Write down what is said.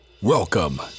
Welcome